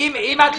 אל תזלזלי.